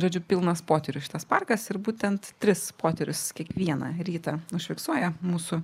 žodžiu pilnas potyrių šitas parkas ir būtent tris poterius kiekvieną rytą užfiksuoja mūsų